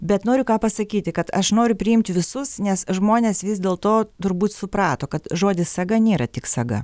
bet noriu ką pasakyti kad aš noriu priimti visus nes žmonės vis dėl to turbūt suprato kad žodis saga nėra tik saga